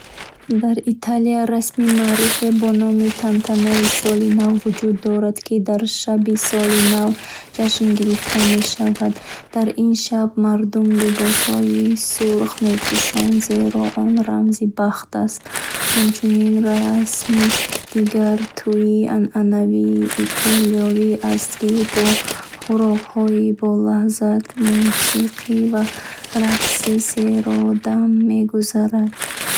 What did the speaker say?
Дар Италия расми маъруфе бо номи тантанаи солина вуҷуд дорад, ки дар шаби Соли нав ҷашн гирифта мешавад. Дар ин шаб мардум либоси сурх мепӯшанд, зеро он рамзи бахт аст. Ҳамчунин, расми дигар — тӯйи анъанавии итолиёвӣ аст, ки бо хӯрокҳои болаззат, мусиқӣ ва рақси серодам мегузарад.